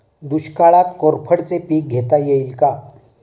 दुष्काळात कोरफडचे पीक घेता येईल का?